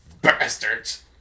bastards